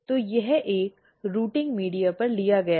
तो यह एक रूटिंग मीडिया पर लिया गया है